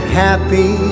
happy